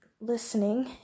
listening